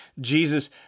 Jesus